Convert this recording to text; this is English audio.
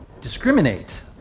discriminate